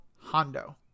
Hondo